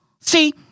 See